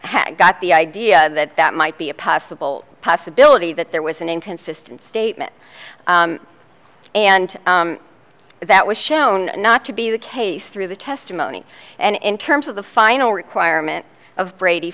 had got the idea that that might be a possible possibility that there was an inconsistent statement and that was shown not to be the case through the testimony and in terms of the final requirement of brady